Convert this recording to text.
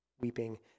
weeping